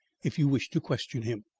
if you wish to question him.